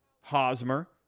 Hosmer